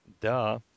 duh